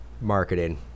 marketing